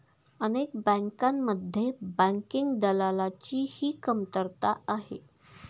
अनेक बँकांमध्ये बँकिंग दलालाची ही कमतरता आहे